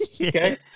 okay